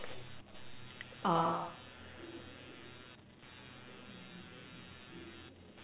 uh